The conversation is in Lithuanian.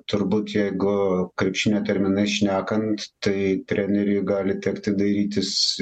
turbūt jeigu krepšinio terminais šnekant tai treneriui gali tekti dairytis